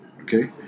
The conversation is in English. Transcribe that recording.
Okay